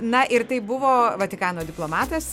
na ir tai buvo vatikano diplomatas